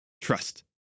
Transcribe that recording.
Trust